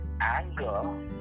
anger